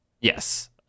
Yes